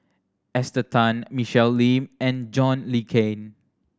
Esther Tan Michelle Lim and John Le Cain